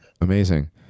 amazing